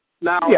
Now